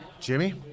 Jimmy